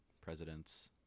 presidents